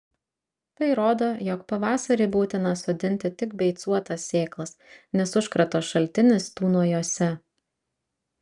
tai rodo jog pavasarį būtina sodinti tik beicuotas sėklas nes užkrato šaltinis tūno jose